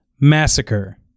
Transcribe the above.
Massacre